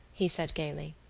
he said gaily.